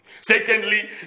Secondly